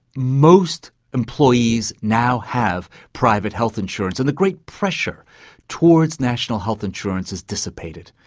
most employees now have private health insurance, and the great pressure towards national health insurance is dissipated.